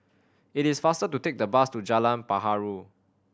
it is faster to take the bus to Jalan Perahu